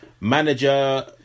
manager